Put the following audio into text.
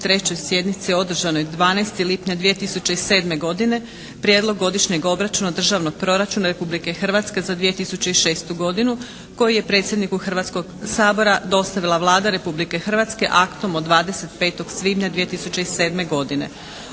73. sjednici održanoj 12. lipnja 2007. godine Prijedlog godišnjeg obračuna državnog proračuna Republike Hrvatske za 2006. godinu koji je predsjedniku Hrvatskog sabora dostavila Vlada Republike Hrvatske aktom od 25. svibnja 2007. godine.